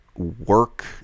work